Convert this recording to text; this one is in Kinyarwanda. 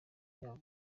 yaba